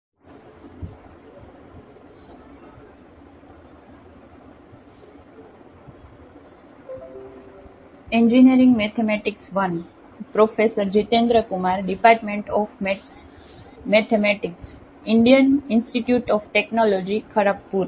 ફરી lecture number